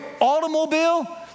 automobile